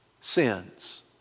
sins